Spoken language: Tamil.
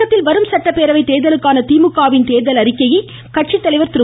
தமிழகத்தில் வரும் சட்டப்பேரவைத் தேர்தலுக்கான திமுக வின் தேர்தல் அறிக்கையை கட்சித்தலைவர் திரு